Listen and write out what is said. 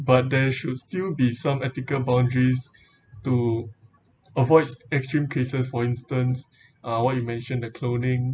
but there should still be some ethical boundaries to avoid extreme cases for instance uh what you mentioned the cloning